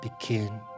begin